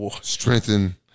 Strengthen